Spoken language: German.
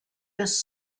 bis